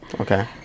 Okay